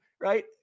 right